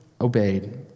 obeyed